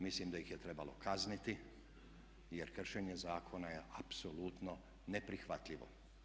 Mislim da ih je trebalo kazniti, jer kršenje zakona je apsolutno neprihvatljivo.